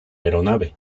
aeronave